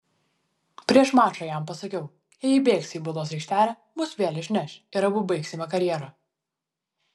prieš mačą jam pasakiau jei įbėgsi į baudos aikštelę mus vėl išneš ir abu baigsime karjerą